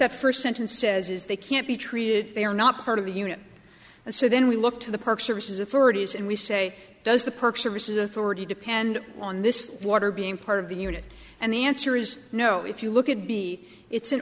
that first sentence says is they can't be treated they are not part of the union and so then we look to the park services authorities and we say does the park service authority depend on this water being part of the unit and the answer is no if you look at b it's an